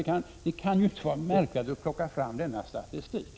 Det kan ju inte vara så märkvärdigt att plocka fram denna statistik.